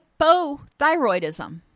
Hypothyroidism